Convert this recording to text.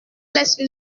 laisse